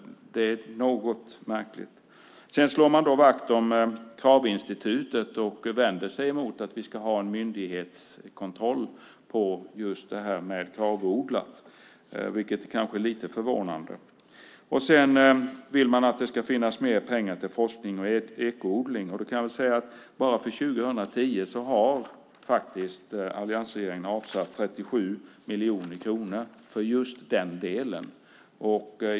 Det är något märkligt. Sedan slår man vakt om Kravinstitutet och vänder sig mot att vi ska ha en myndighetskontroll när det gäller just det här med Kravodlat, vilket kanske är lite förvånande. Sedan vill man att det ska finnas mer pengar till forskning och ekoodling. Då kan jag säga att alliansregeringen bara för 2010 faktiskt har avsatt 37 miljoner kronor för just den delen.